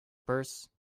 purse